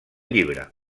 llibre